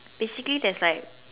basically there's like